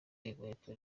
inkweto